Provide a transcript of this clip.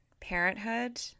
parenthood